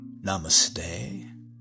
Namaste